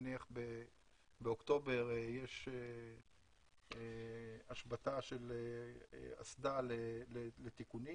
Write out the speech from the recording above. נניח באוקטובר יש השבתה לתיקונים,